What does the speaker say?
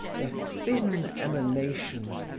their thin emanations,